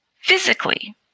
physically